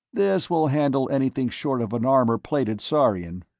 this will handle anything short of an armor-plated saurian.